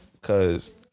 Cause